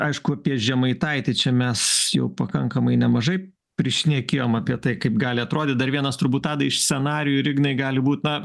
aišku apie žemaitaitį čia mes jau pakankamai nemažai prišnekėjom apie tai kaip gali atrodyt dar vienas turbūt tadai iš scenarijų ir ignai gali būt na